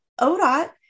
ODOT